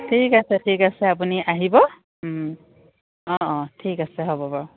ঠিক আছে ঠিক আছে আপুনি আহিব অঁ অঁ ঠিক আছে হ'ব বাৰু